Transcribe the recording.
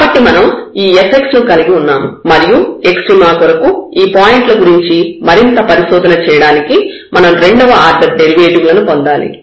కాబట్టి మనం ఈ fx ను కలిగి ఉన్నాము మరియు ఎక్స్ట్రీమ కొరకు ఈ పాయింట్ ల గురించి మరింత పరిశోధన చేయడానికి మనం రెండవ ఆర్డర్ డెరివేటివ్ లను పొందాలి